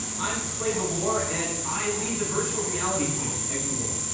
i'm clay bavor, and i lead the virtual reality team at google.